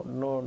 no